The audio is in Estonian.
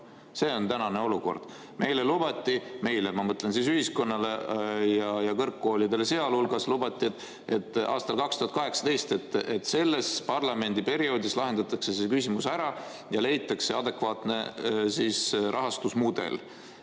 See on tänane olukord. Meile lubati – meile, ma mõtlen ühiskonnale ja kõrgkoolidele sealhulgas –, aastal 2018, et selles parlamendiperioodis lahendatakse see küsimus ära ja leitakse adekvaatne rahastusmudel.